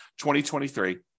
2023